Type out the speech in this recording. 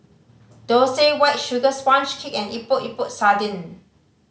Dosa White Sugar Sponge Cake and Epok Epok Sardin